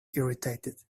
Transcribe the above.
irritated